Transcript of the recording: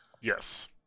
Yes